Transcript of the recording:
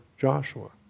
Joshua